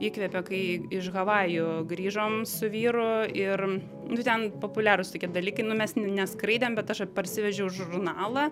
įkvėpė kai iš havajų grįžom su vyru ir nu ten populiarūs tokie dalykai nu mes neskraidėm bet aš parsivežiau žurnalą